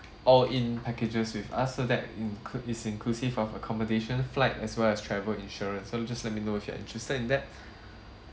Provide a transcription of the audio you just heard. all in packages with us so that include is inclusive of accommodation flight as well as travel insurance so you just let me know if you are interested in that